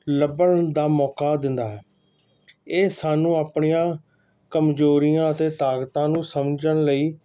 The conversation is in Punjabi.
ਲੱਭਣ ਦਾ ਮੌਕਾ ਦਿੰਦਾ ਹੈ ਇਹ ਸਾਨੂੰ ਆਪਣੀਆਂ ਕਮਜ਼ੋਰੀਆਂ ਅਤੇ ਤਾਕਤਾਂ ਨੂੰ ਸਮਝਣ ਲਈ